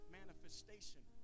manifestation